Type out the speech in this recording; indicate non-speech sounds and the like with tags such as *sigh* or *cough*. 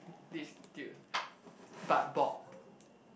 this dude *noise* but bald